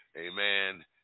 Amen